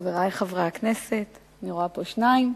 חברי חברי הכנסת, אני רואה פה שניים.